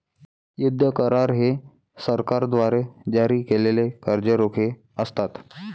युद्ध करार हे सरकारद्वारे जारी केलेले कर्ज रोखे असतात